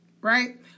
right